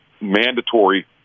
mandatory